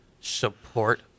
support